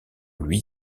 lui